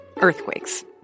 Earthquakes